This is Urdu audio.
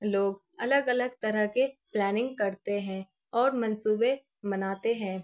لوگ الگ الگ طرح کے پلاننگ کرتے ہیں اور منصوبے مناتے ہیں